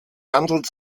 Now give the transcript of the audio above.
handelt